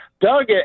Doug